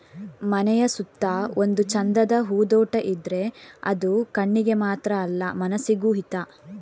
ಮನೆಯ ಸುತ್ತ ಒಂದು ಚಂದದ ಹೂದೋಟ ಇದ್ರೆ ಅದು ಕಣ್ಣಿಗೆ ಮಾತ್ರ ಅಲ್ಲ ಮನಸಿಗೂ ಹಿತ